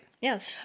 yes